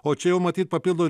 o čia jau matyt papildo